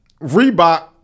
Reebok